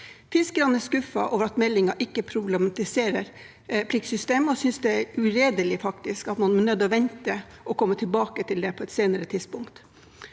Fiskerne er skuffet over at meldingen ikke problematiserer pliktsystemet, og synes faktisk det er uredelig at man er nødt til å vente og komme tilbake til det på et senere tidspunkt.